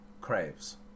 craves